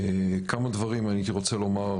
כמה דברים הייתי רוצה לומר,